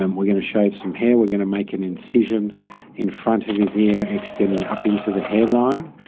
um we're going to shave some hair, we're going to make an incision in front of his ear extending up into the hairline.